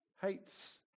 hates